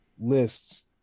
lists